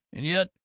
and yet,